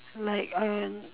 like uh